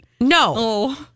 No